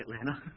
Atlanta